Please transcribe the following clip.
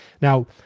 Now